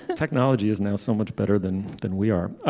and technology is now so much better than than we are.